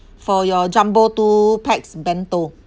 for your jumbo two pax bento